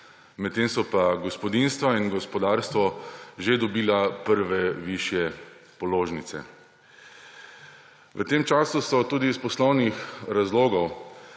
medtem so pa gospodinjstva in gospodarstvo že dobili prve višje položnice. V tem času sta tudi iz poslovnih razlogov